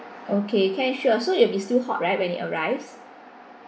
okay can sure so if it will be still hot right when it arrives